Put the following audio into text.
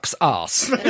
ass